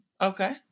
Okay